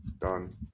Done